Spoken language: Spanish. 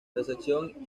recepción